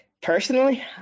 Personally